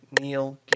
Neil